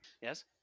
Yes